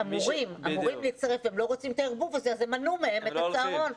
אמורים להצטרף והם לא רוצים את הערבוב הזה אז הם מנעו מהם את הצהרון.